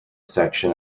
section